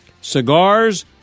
Cigars